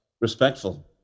Respectful